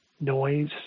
noise